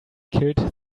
killed